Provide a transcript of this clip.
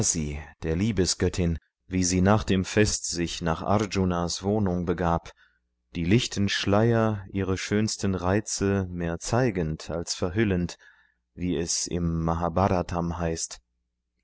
der liebesgöttin wie sie nach dem fest sich nach arjunas wohnung begab die lichten schleier ihre schönsten reize mehr zeigend als verhüllend wie es im mahabharatam heißt